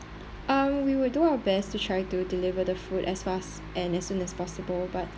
um we will do our best to try to deliver the food as fast and as soon as possible but